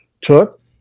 took